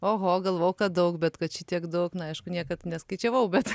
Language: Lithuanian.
oho galvojau kad daug bet kad šitiek daug na aišku niekad neskaičiavau bet